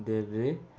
देब्रे